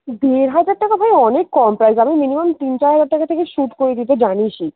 দেড় হাজার টাকা ভাই অনেক কম প্রাইস আমি মিনিমাম তিন চার হাজার টাকা থেকে শ্যুট করি তুই তো জানিসই